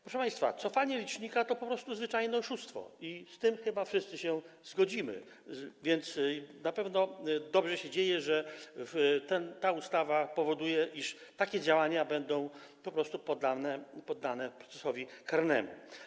Proszę państwa, cofanie licznika to po prostu zwyczajne oszustwo, i z tym chyba wszyscy się zgodzimy, więc na pewno dobrze się dzieje, że ta ustawa powoduje, iż takie działania będą poddane procesowi karnemu.